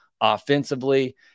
offensively